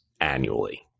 annually